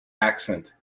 accent